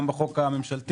גם בזה הממשלתי.